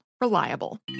reliable